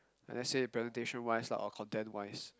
I never say presentation wise lah or content wise